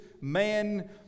man